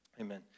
amen